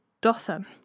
Dothan